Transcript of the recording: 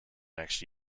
next